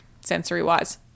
sensory-wise